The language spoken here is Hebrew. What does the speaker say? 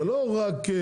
זה לא רק אם